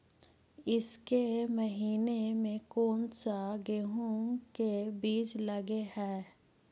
ईसके महीने मे कोन सा गेहूं के बीज लगे है?